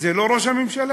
זה לא ראש הממשלה?